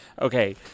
Okay